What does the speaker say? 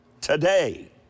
Today